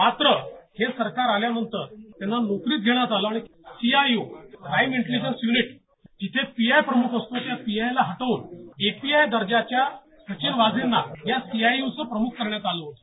मात्र हे सरकार आल्यानंतर त्यांना नोकरीत घेण्यात आलं आणि C I U crime intelligence unit जिथे पी आय प्रमुख असतो त्या पी आय ला हटवून ए पी आय दर्जाच्या सचिन वाझेंना या सी आय यू चं प्रमुख करण्यात आलं होतं